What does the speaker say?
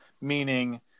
meaning